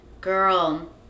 girl